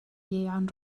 ieuan